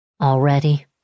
Already